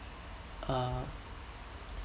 uh